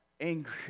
angry